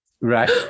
Right